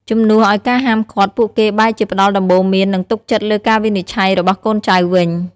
ជំនួសឱ្យការហាមឃាត់ ពួកគេបែរជាផ្តល់ដំបូន្មាន និងទុកចិត្តលើការវិនិច្ឆ័យរបស់កូនចៅវិញ។